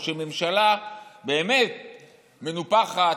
שהממשלה באמת מנופחת,